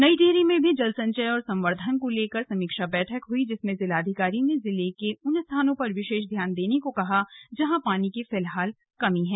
नई टिहरी में भी जल संचय और संवर्धन को लेकर समीक्षा बैठक हुई जिसमें जिलाधिकारी ने जिले के उन स्थानों पर विशेष ध्यान देने को कहा जहां पानी की फिलहाल होती है